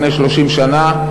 לפני 30 שנה,